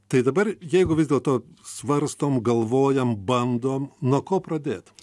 tai dabar jeigu vis dėlto svarstom galvojam bandom nuo ko pradėt